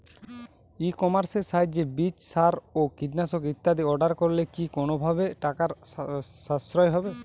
ই কমার্সের সাহায্যে বীজ সার ও কীটনাশক ইত্যাদি অর্ডার করলে কি কোনোভাবে টাকার সাশ্রয় হবে?